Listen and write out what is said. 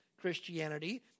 Christianity